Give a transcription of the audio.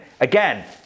Again